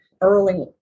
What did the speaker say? early